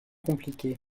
compliquée